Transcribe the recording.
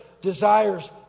desires